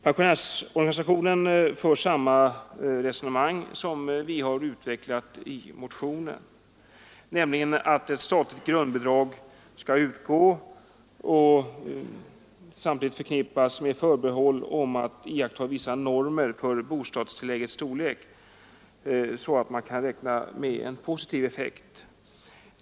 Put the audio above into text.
Pensionärsorganisationen för samma resonemang som vi har utvecklat i motionen, nämligen att ett statligt grundbidrag borde utgå och förknippas med förbehåll om att iaktta vissa normer för bostadstilläggets storlek, så att man kan räkna med en positiv effekt.